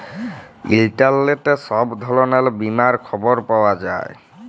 ইলটারলেটে ছব ধরলের বীমার খবর পাউয়া যায়